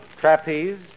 trapeze